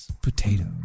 potatoes